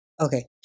okay